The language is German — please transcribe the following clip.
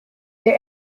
der